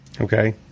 Okay